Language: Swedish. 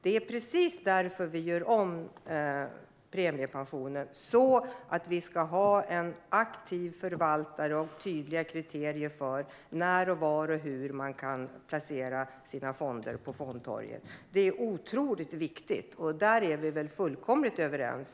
Det är precis därför vi gör om premiepensionen så att det blir en aktiv förvaltare och tydliga kriterier för när, var och hur man kan placera sina fonder på fondtorget. Det är otroligt viktigt, och om detta hoppas jag att vi är fullkomligt överens.